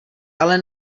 ale